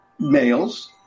males